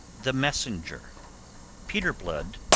the messenger peter blood,